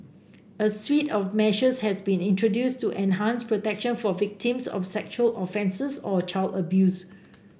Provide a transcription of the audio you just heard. a suite of measures has also been introduced to enhance protection for victims of sexual offences or child abuse